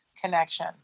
connection